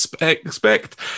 expect